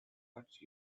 touched